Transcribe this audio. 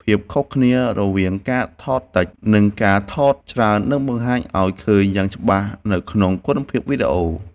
ភាពខុសគ្នារវាងការថតតិច និង ការថតច្រើននឹងបង្ហាញឱ្យឃើញយ៉ាងច្បាស់នៅក្នុងគុណភាពវីដេអូ។